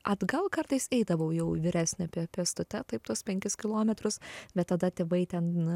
atgal kartais eidavau jau vyresnė pėstute taip tuos penkis kilometrus bet tada tėvai ten